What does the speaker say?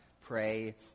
pray